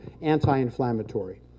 anti-inflammatory